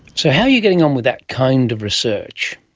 so how are you getting on with that kind of research?